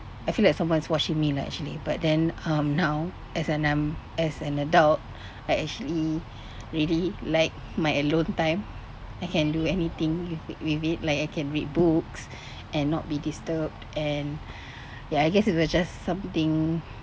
I feel like someone is watching me lah actually but then um now as an um as an adult I actually really like my alone time I can do anything with with it like I can read books and not be disturbed and ya I guess it's just something